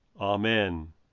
Amen